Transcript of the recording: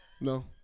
No